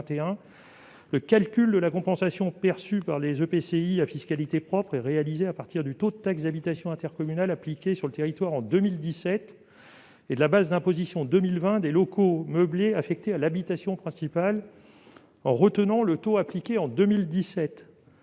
Le calcul de la compensation perçue par les EPCI à fiscalité propre est réalisé à partir du taux de taxe d'habitation intercommunal appliqué sur le territoire en 2017 et de la base d'imposition 2020 des locaux meublés affectés à l'habitation principale. En retenant le taux appliqué en 2017,